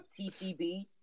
TCB